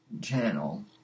channel